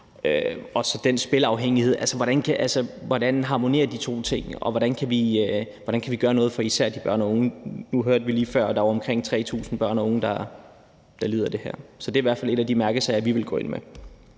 og så den spilafhængighed. Altså, hvordan harmonerer de to ting, og hvordan kan vi gøre noget for især de børn og unge, der lider af det her? Nu hørte vi lige før, at der var omkring 3.000 børn og unge, der lider af det her. Så det er i hvert fald en af de mærkesager, vi vil gå ind med.